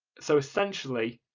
so essentially,